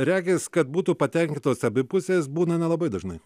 regis kad būtų patenkintos abi pusės būna nelabai dažnai